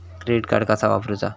Credit card कसा वापरूचा?